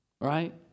right